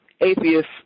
atheist